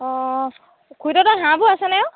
অঁ খুৰীদেউহঁতৰ হাঁহবোৰ আছে নাই অঁ